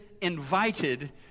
invited